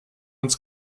ins